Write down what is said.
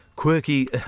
Quirky